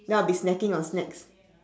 then I'll be snacking on snacks